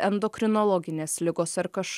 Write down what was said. endokrinologinės ligos ar kaž